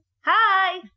Hi